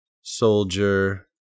Soldier